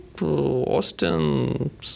Austin